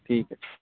ٹھیک ہے